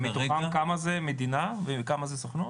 כמה מדינה וכמה סוכנות?